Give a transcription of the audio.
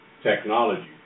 Technology